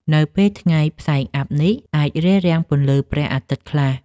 នៅពេលថ្ងៃ ផ្សែងអ័ព្ទនេះអាចរារាំងពន្លឺព្រះអាទិត្យខ្លះ។